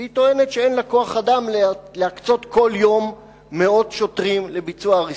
והיא טוענת שאין לה כוח-אדם להקצות כל יום מאות שוטרים לביצוע הריסות,